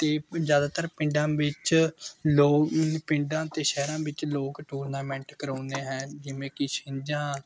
'ਤੇ ਜ਼ਿਆਦਾਤਰ ਪਿੰਡਾਂ ਵਿੱਚ ਲੋਕ ਪਿੰਡਾਂ ਅਤੇ ਸ਼ਹਿਰਾਂ ਵਿੱਚ ਲੋਕ ਟੂਰਨਾਮੈਂਟ ਕਰਾਉਂਦੇ ਹੈਂ ਜਿਵੇਂ ਕਿ ਛਿੰਝਾਂ